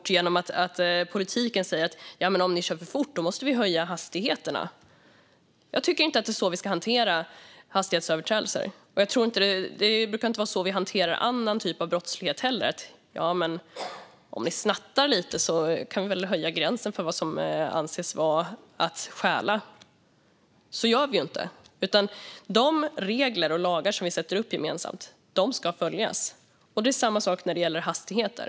Det är det som händer när politiken säger: Om ni kör för fort måste vi höja hastigheterna! Jag tycker inte att det är så vi ska hantera hastighetsöverträdelser, och det brukar inte vara så vi hanterar annan typ av brottslighet heller. Vi säger ju inte: Om ni snattar lite kan vi höja gränsen för vad som anses vara att stjäla. Så gör vi inte. De regler och lagar som vi sätter upp gemensamt ska följas, och det är samma sak när det gäller hastigheter.